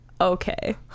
Okay